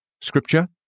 Scripture